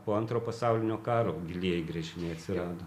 po antro pasaulinio karo gilieji gręžiniai atsirado